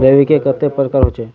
रवि के कते प्रकार होचे?